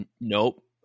Nope